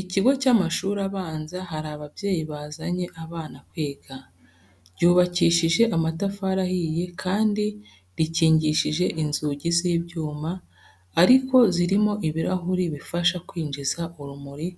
Ikigo cy'amashuri abanza hari ababyeyi bazanye abana kwiga. Ryubakishije amatafari ahiye kandi rikingishije inzugi z'ibyuma ariko zirimo ibirahure bifasha kwinjiza urumuri